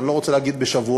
אני לא רוצה להגיד בשבועות.